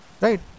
Right